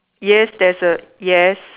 yes there's a yes